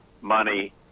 money